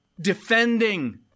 Defending